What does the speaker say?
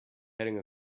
heading